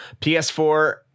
PS4